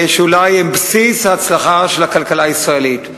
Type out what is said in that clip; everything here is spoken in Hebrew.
שאולי הם בסיס ההצלחה של הכלכלה הישראלית,